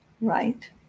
right